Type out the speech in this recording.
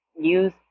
use